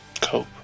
Cope